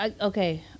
Okay